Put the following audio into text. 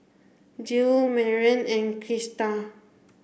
Jiles Maren and Krista